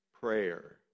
prayer